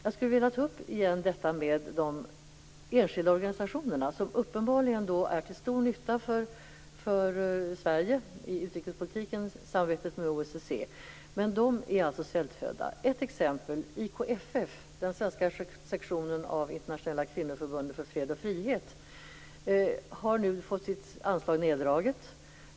Jag skulle åter vilja ta upp de enskilda organisationerna. De är uppenbarligen till stor nytta för Sverige i utrikespolitiken - samarbetet med OSSE. Men dessa organisationer är svältfödda. Ett exempel är IKFF, den svenska sektionen av Internationella kvinnoförbundet för fred och frihet. Denna organisation har fått sitt anslag neddraget.